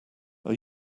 are